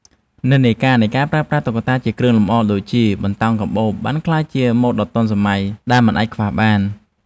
និន្នាការនៃការប្រើប្រាស់តុក្កតាជាគ្រឿងលម្អដូចជា បន្តោងកាបូប បានក្លាយជាម៉ូដដ៏ទាន់សម័យដែលមិនអាចខ្វះបាន។